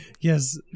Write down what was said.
Yes